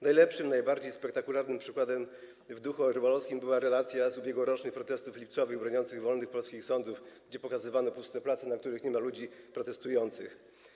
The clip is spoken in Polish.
Najlepszym, najbardziej spektakularnym przykładem w duchu orwellowskim była relacja z ubiegłorocznych protestów lipcowych broniących wolnych polskich sądów, gdzie pokazywano puste place, na których nie ma ludzi protestujących.